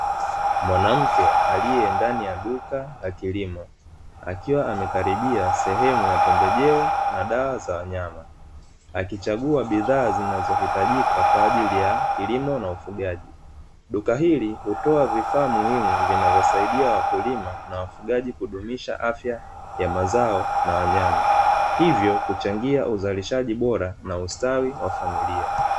Mwanamke aliye ndani ya duka la kilimo akiwa amekaribia sehemu ya pembejeo na dawa za wanyama, akichagua bidhaa zinazohitajika kwa ajili ya kilimo na ufugaji. Duka hili hutoa vifaa muhimu vinavyosaidia wakulima na wafugaji kudumisha afya ya mazao na wanyama, hivyo kuchangia uzalishaji bora na ustawi wa familia.